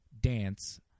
dance